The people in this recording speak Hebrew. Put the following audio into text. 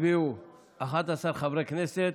הצביעו 11 חברי כנסת,